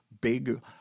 big